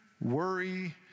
worry